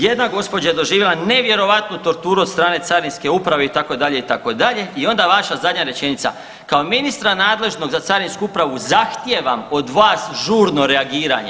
Jedna gospođa je doživjela nevjerojatnu torturu od strane Carinske uprave itd., itd. i onda vaša zadnja rečenica, kao ministra nadležnog za Carinsku upravu zahtijevam od vas žurno reagiranje.